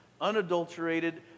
unadulterated